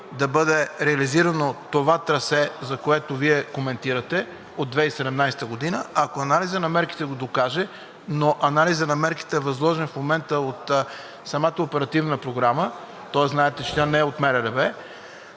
да бъде реализирано това трасе, което Вие коментирате от 2017 г., ако анализът на мерките го докаже, но анализът на мерките е възложен в момента от самата оперативна програма, тоест знаете, че тя не е от МРРБ.